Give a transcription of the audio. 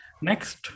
next